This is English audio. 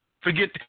forget